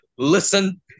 listen